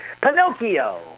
Pinocchio